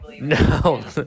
no